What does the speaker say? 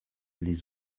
les